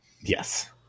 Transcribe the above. Yes